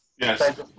Yes